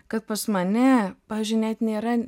kad pas mane pavyzdžiui net nėra